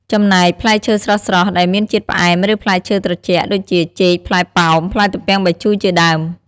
ចំណែក ផ្លែឈើស្រស់ៗ ដែលមានជាតិផ្អែម ឬផ្លែឈើត្រជាក់ ដូចជា ចេក ផ្លែប៉ោម ផ្លែទំពាំងបាយជូរ ជាដើម។